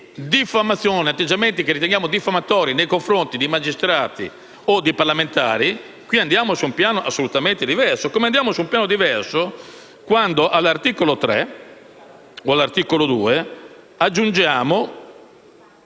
o di atteggiamenti che riteniamo diffamatori nei confronti di magistrati o di parlamentari andiamo su un piano assolutamente diverso, come andiamo su un piano diverso quando all'articolo 1 aggiungiamo